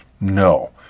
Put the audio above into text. No